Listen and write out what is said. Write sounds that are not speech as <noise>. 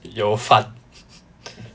有饭 <laughs>